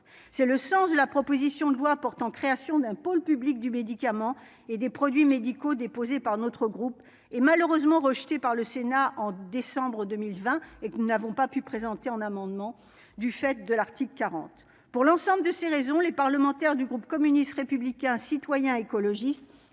c'est le sens de la proposition de loi portant création d'un pôle public du médicament et des produits médicaux déposés par notre groupe et, malheureusement, rejetée par le Sénat en décembre 2020 et que nous n'avons pas pu présenter en amendement du fait de l'Arctique 40 pour l'ensemble de ces raisons, les parlementaires du groupe communiste républicain citoyen écologistes